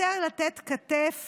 יותר לתת כתף